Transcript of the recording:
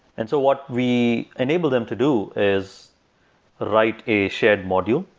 and so what we enabled them to do is write a shared module,